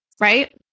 right